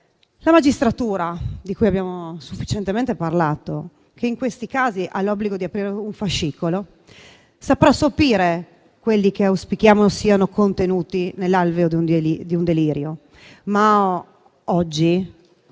La magistratura, di cui abbiamo sufficientemente parlato, che in questi casi ha l'obbligo di aprire un fascicolo, saprà sopire quelli che auspichiamo siano contenuti nell'alveo di un delirio. Ma oggi,